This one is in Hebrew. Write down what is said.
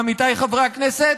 עמיתיי חברי הכנסת,